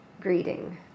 greeting